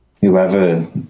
whoever